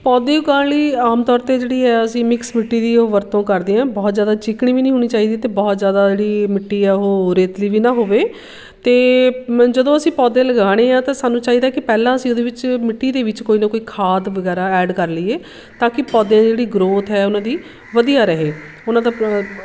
ਪੌਦੇ ਉਗਾਉਣ ਲਈ ਆਮ ਤੌਰ 'ਤੇ ਜਿਹੜੀ ਅਸੀਂ ਮਿਕਸ ਮਿੱਟੀ ਦੀ ਓ ਵਰਤੋਂ ਕਰਦੇ ਹਾਂ ਬਹੁਤ ਜ਼ਿਆਦਾ ਚਿੱਕਣੀ ਵੀ ਨਹੀਂ ਹੋਣੀ ਚਾਹੀਦੀ ਅਤੇ ਬਹੁਤ ਜ਼ਿਆਦਾ ਜਿਹੜੀ ਮਿੱਟੀ ਹੈ ਉਹ ਰੇਤਲੀ ਵੀ ਨਾ ਹੋਵੇ ਅਤੇ ਜਦੋਂ ਅਸੀਂ ਪੌਦੇ ਲਗਾਉਣੇ ਆ ਤਾਂ ਸਾਨੂੰ ਚਾਹੀਦਾ ਕਿ ਪਹਿਲਾਂ ਅਸੀਂ ਉਹਦੇ ਵਿੱਚ ਮਿੱਟੀ ਦੇ ਵਿੱਚ ਕੋਈ ਨਾ ਕੋਈ ਖਾਦ ਵਗੈਰਾ ਐਡ ਕਰ ਲਈਏ ਤਾਂ ਕਿ ਪੌਦੇ ਜਿਹੜੀ ਗਰੌਥ ਹੈ ਉਹਨਾਂ ਦੀ ਵਧੀਆ ਰਹੇ ਉਹਨਾਂ ਦਾ